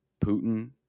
Putin